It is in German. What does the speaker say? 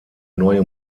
neue